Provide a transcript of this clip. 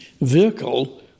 vehicle